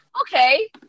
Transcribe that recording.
okay